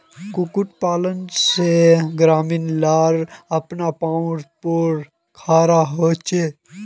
कुक्कुट पालन से ग्रामीण ला अपना पावँ पोर थारो होचे